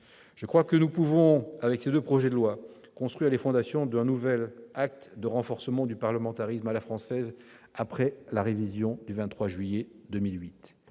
Selon moi, nous pouvons, avec ces deux projets de loi, construire les fondations d'un nouvel acte de renforcement du parlementarisme à la française, après la révision du 23 juillet 2008.